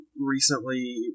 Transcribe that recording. recently